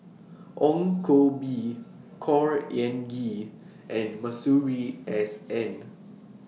Ong Koh Bee Khor Ean Ghee and Masuri S N